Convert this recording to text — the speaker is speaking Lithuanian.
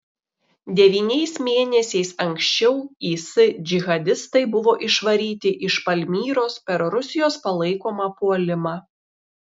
devyniais mėnesiais anksčiau is džihadistai buvo išvaryti iš palmyros per rusijos palaikomą puolimą